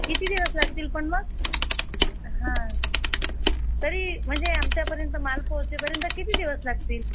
किती दिवस लागतील पण मग हा तरी म्हणजे आमच्यापर्यंत माल पोहोचेपर्यंत किती दिवस लागतील